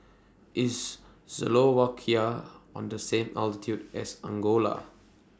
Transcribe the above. IS Slovakia on The same latitude as Angola